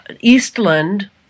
Eastland